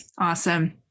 Awesome